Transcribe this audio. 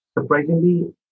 surprisingly